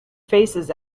faces